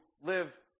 live